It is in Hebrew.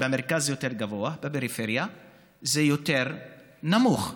במרכז זה יותר גבוה, בפריפריה זה יותר נמוך.